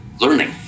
learning